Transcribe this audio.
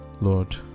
Lord